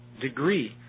degree